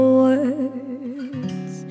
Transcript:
words